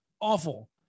awful